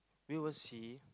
we will see